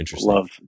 love